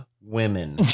women